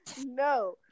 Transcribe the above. No